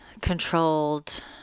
controlled